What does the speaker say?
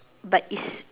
but is